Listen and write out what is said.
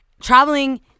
Traveling